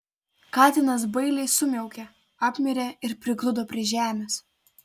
katinas bailiai sumiaukė apmirė ir prigludo prie žemės